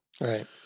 Right